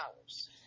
hours